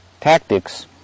tactics